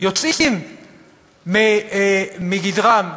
יוצאים מגדרם?